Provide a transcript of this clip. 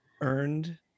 Earned